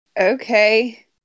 Okay